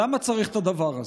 למה צריך את הדבר הזה?